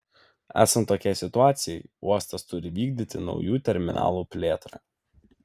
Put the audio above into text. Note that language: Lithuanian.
esant tokiai situacijai uostas turi vykdyti naujų terminalų plėtrą